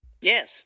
Yes